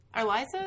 Eliza